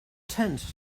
tent